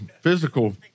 physical